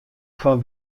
fan